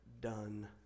done